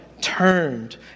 turned